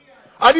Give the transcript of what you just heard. תציע.